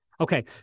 Okay